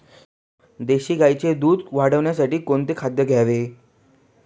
देशी गाईचे दूध वाढवण्यासाठी कोणती खाद्ये द्यावीत?